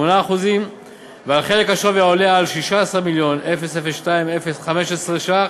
8%; ועל חלק השווי העולה על 16 מיליון ו-2,015 ש"ח,